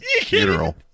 funeral